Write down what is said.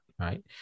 Right